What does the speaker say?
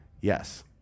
Yes